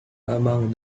among